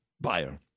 buyer